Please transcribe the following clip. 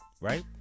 right